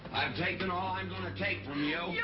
i've taken all i'm going to take from you. you